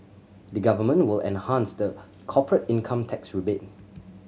the Government will enhance the corporate income tax rebate